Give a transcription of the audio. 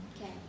Okay